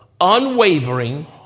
unwavering